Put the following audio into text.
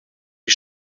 die